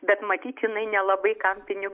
bet matyt jinai nelabai kam pinigų